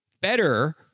better